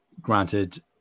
granted